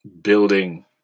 building